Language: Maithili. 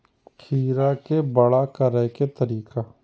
खीरा के बड़ा करे के तरीका?